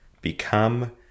Become